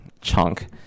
chunk